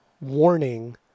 warning